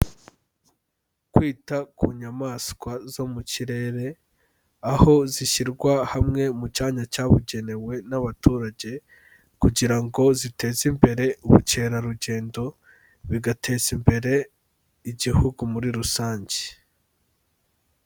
Kwita ku nyamaswa zo mu kirere aho zishyirwa hamwe mu cyanya cyabugenewe n'abaturage kugira ngo ziteze imbere ubukerarugendo, bigateza imbere Igihugu muri rusange.